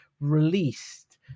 released